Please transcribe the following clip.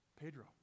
Pedro